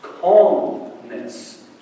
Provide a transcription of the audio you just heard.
calmness